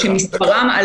דקה.